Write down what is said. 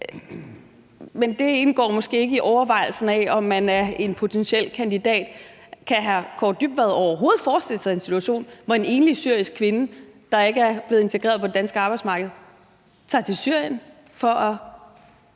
Men det indgår måske ikke i overvejelsen af, om man er en potentiel kandidat. Kan ministeren overhovedet forestille sig en situation, hvor en enlig syrisk kvinde, der ikke er blevet integreret på det danske arbejdsmarked, tager til Syrien for at